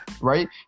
right